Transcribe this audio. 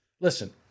Listen